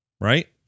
Right